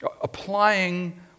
applying